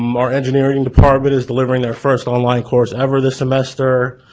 um our engineering department is delivering their first online course ever this semester.